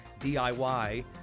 DIY